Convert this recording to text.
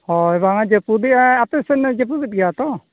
ᱦᱚᱭ ᱵᱟᱝᱟ ᱡᱟᱹᱯᱩᱫᱮᱜᱼᱟᱭ ᱟᱯᱮᱥᱮᱱ ᱦᱚᱸ ᱡᱟᱹᱯᱩᱫᱮᱫ ᱜᱮᱭᱟᱭ ᱛᱚ